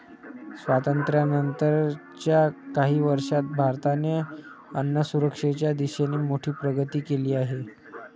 स्वातंत्र्यानंतर च्या काही वर्षांत भारताने अन्नसुरक्षेच्या दिशेने मोठी प्रगती केली आहे